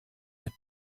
mit